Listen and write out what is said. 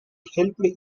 helped